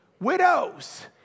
widows